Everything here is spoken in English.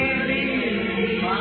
believe